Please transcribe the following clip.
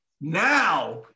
Now